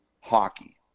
hockey